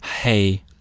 Hey